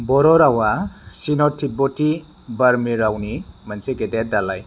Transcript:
बर' रावा चीन' तिब्बेति बार्मि रावनि मोनसे गेदेर दालाइ